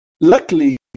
luckily